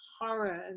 horror